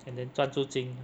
and then 赚租金